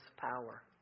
power